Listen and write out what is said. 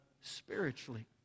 spiritually